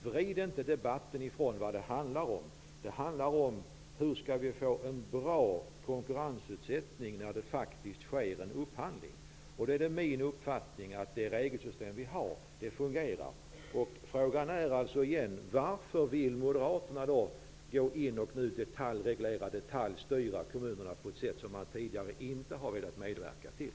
Vrid inte debatten ifrån vad det handlar om. Det handlar om hur vi skall få en bra konkurrensutsättning när det faktiskt sker en upphandling. Min uppfattning är att det regelsystem som vi har fungerar. Varför vill Moderaterna detaljreglera och i detalj styra kommunerna på ett sätt som man tidigare inte har velat medverka till?